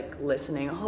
listening